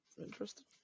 interesting